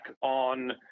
on